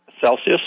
Celsius